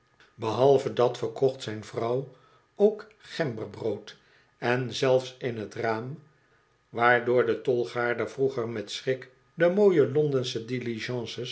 behalve dat verkocht zijn vrouw ook gemberbrood en zelfs in t raam waardoor de tolgaarder vroeger met schrik de mooie londensche